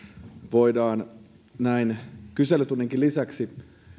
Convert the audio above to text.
voidaan näin kyselytunninkin lisäksi